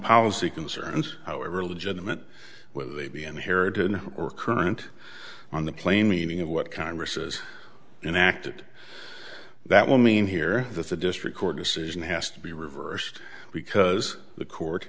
policy concerns however legitimate whether they be inherited or current on the plain meaning of what congress has enacted that will mean here that the district court decision has to be reversed because the court